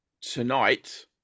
tonight